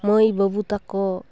ᱢᱟᱹᱭ ᱵᱟᱹᱵᱩ ᱛᱟᱠᱚ